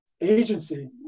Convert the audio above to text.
agency